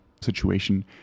situation